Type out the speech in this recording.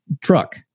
truck